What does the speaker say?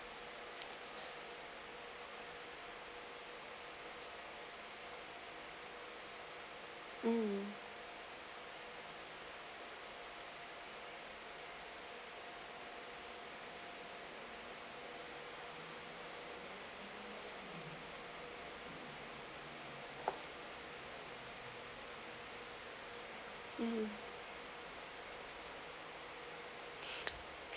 mm mm